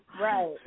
right